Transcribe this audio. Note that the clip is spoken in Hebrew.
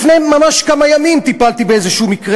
לפני ממש כמה ימים טיפלתי באיזה מקרה